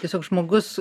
tiesiog žmogus